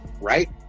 Right